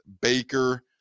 Baker